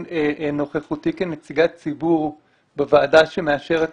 נוכחותי כנציגת ציבור בוועדה שמאשרת ניתוחים,